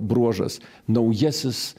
bruožas naujasis